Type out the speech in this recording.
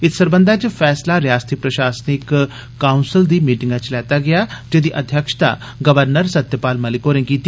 इत्त सरबंधै च फैसला रिआसती प्रशासनिक कौंसलै दी मीटिंग च लैता गेआ जेह्दी अध्यक्षता गवर्नर सत्यपाल मलिक होरें कीती